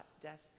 death